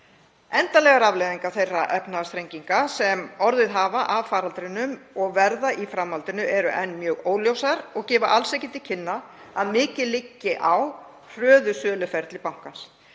Endanlegar afleiðingar þeirra efnahagsþrenginga sem orðið hafa af faraldrinum og verða í framhaldinu eru enn mjög óljósar og gefa alls ekki til kynna að mikið liggi á hröðu söluferli bankans.